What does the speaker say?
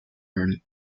room